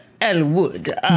Elwood